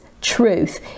Truth